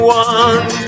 one